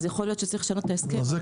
אז יכול להיות שצריך לשנות את ההסכם,